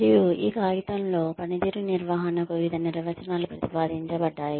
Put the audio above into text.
మరియు ఈ కాగితంలో పనితీరు నిర్వహణకు వివిధ నిర్వచనాలు ప్రతిపాదించబడ్డాయి